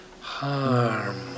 harm